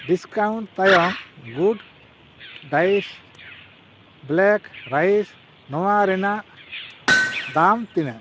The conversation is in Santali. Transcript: ᱰᱤᱥᱠᱟᱣᱩᱱᱴ ᱛᱟᱭᱚᱢ ᱜᱩᱰ ᱰᱟᱭᱮᱥ ᱵᱞᱮᱠ ᱨᱟᱭᱤᱥ ᱱᱚᱣᱟ ᱨᱮᱱᱟᱜ ᱫᱟᱢ ᱛᱤᱱᱟᱹᱜ